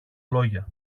λόγια